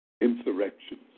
insurrections